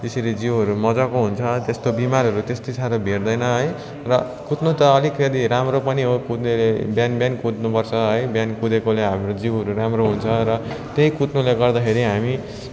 त्यसरी जिउहरू मजाको हुन्छ त्यस्तो बिमारहरू त्यति साह्रो भेट्दैन है र कुद्नु त अलिकति राम्रो पनि हो कुद्नेले बिहान बिहान कुद्नु पर्छ है बिहान कुदेकोले हाम्रो जिउहरू राम्रो हुन्छ र त्यही कुद्नुले गर्दाखेरि हामी